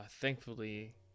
thankfully